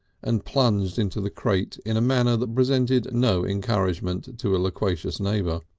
and plunged into the crate in a manner that presented no encouragement to a loquacious neighbour.